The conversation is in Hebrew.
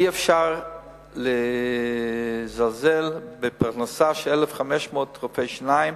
אי-אפשר לזלזל בפרנסה של 1,500 רופאי שיניים.